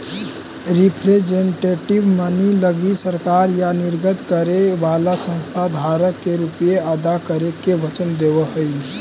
representative money लगी सरकार या निर्गत करे वाला संस्था धारक के रुपए अदा करे के वचन देवऽ हई